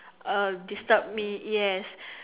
uh disturb me yes